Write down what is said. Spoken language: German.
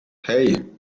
hei